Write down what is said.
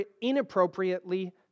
inappropriately